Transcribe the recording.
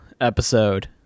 episode